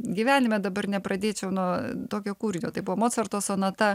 gyvenime dabar nepradėčiau nuo tokio kūrinio tai buvo mocarto sonata